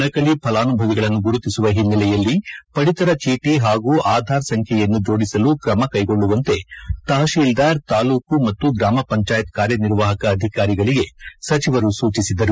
ನಕಲಿ ಫಲಾನುಭವಿಗಳನ್ನು ಗುರುತಿಸುವ ಹಿನ್ನೆಲೆಯಲ್ಲಿ ಪಡಿತರ ಚೀಟಿ ಹಾಗೂ ಆಧಾರ್ ಸಂಖ್ಯೆಯನ್ನು ಜೋಡಿಸಲು ಕ್ರಮ ಕೈಗೊಳ್ಳುವಂತೆ ತಪಶೀಲ್ದಾರ್ ತಾಲೂಕು ಮತ್ತು ಗ್ರಾಮ ಪಂಚಾಯತ್ ಕಾರ್ಯನಿರ್ವಾಪಕ ಅಧಿಕಾರಿಗಳಿಗೆ ಸಚಿವರು ಸೂಚಿಸಿದರು